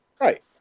Right